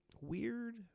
weird